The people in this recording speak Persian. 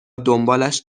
دنبالش